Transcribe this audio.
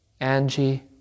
Angie